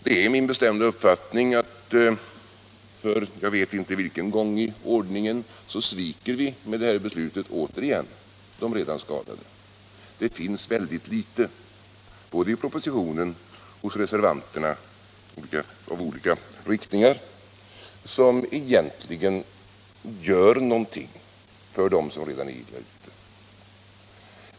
Det är min bestämda uppfattning att vi återigen, jag vet inte för vilken gång i ordningen, med det här beslutet sviker de redan skadade. Det finns väldigt litet både i propositionen och hos reservanterna av olika riktningar som egentligen kan betyda någonting för dem som redan är illa ute.